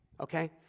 Okay